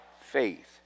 faith